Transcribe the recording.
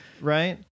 right